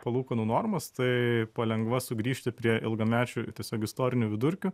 palūkanų normas tai palengva sugrįžti prie ilgamečių ir tiesiog istorinių vidurkių